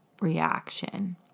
reaction